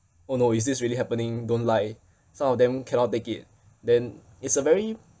oh no is this really happening don't lie some of them cannot take it then it's a very